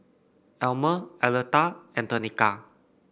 Almer Aletha and Tenika